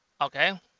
Okay